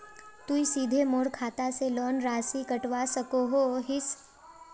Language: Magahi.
तुई सीधे मोर खाता से लोन राशि कटवा सकोहो हिस?